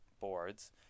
boards